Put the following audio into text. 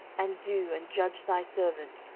and do, and judge thy servants,